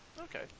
Okay